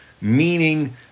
meaning